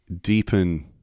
deepen